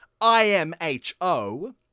I-M-H-O